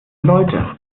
leute